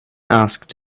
asked